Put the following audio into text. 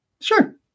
Sure